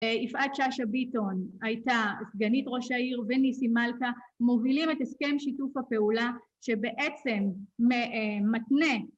יפעת שאשא ביטון, הייתה סגנית ראש העיר, וניסים מלכה, מובילים את הסכם שיתוף הפעולה שבעצם מתנה